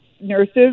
nurses